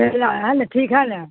ہے نا ٹھیک ہے نا